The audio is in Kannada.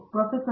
ಪ್ರೊಫೆಸರ್